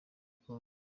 congo